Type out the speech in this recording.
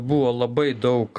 buvo labai daug